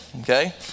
Okay